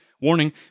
Warning